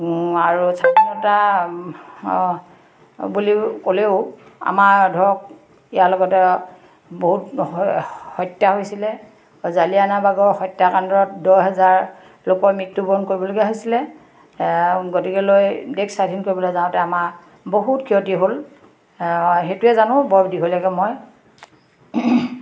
আৰু স্বাধীনতা বুলি ক'লেও আমাৰ ধৰক ইয়াৰ লগতে বহুত হত্যা হৈছিলে জালিৱানাবাগৰ হত্যাকাণ্ডত দহ হেজাৰ লোকৰ মৃত্যুবৰণ কৰিবলগীয়া হৈছিলে গতিকেলৈ দেশ স্বাধীন কৰিবলৈ যাওঁতে আমাৰ বহুত ক্ষতি হ'ল সেইটোৱে জানো বৰ দীঘলীয়াকে মই